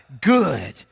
Good